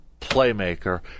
playmaker